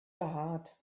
behaart